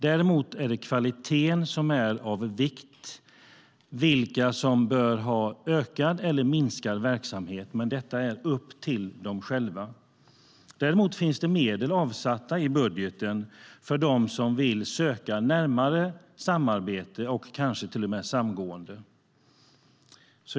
Däremot är kvaliteten av vikt i fråga om vilka som bör ha ökad eller minskad verksamhet, men detta är upp till dem själva. Medel finns avsatta i budgeten för dem som vill söka närmare samarbete och kanske till och med samgående.